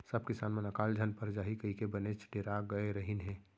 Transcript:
सब किसान मन अकाल झन पर जाही कइके बनेच डेरा गय रहिन हें